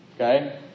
Okay